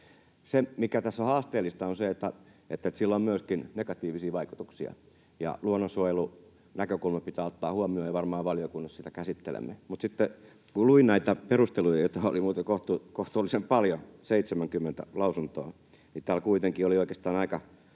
Se, mikä tässä on haasteellista, on se, että sillä on myöskin negatiivisia vaikutuksia. Luonnonsuojelunäkökulma pitää ottaa huomioon, ja varmaan valiokunnassa sitä käsittelemme. Mutta sitten, kun luin näitä perusteluja, joita oli muuten kohtuullisen paljon, 70 lausuntoa, niin täällä kuitenkin oli oikeastaan aika